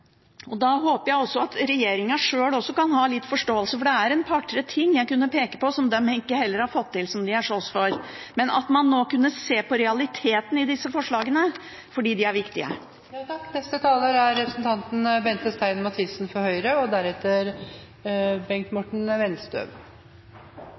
og da håper jeg også at regjeringen sjøl kan ha litt forståelse – for det er en par–tre ting jeg kunne peke på som de heller ikke har fått til, som de har slåss for – og at man kunne se på realiteten i disse forslagene, fordi de er viktige.